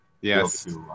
Yes